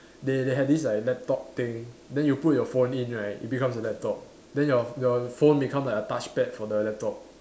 they they have this like laptop thing then you put your phone in right it becomes a laptop then your your phone become like a touch pad for the laptop